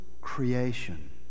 creation